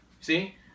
See